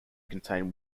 contain